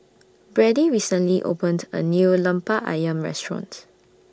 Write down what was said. Brady recently opened A New Lemper Ayam Restaurant